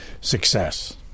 success